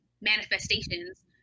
manifestations